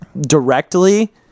directly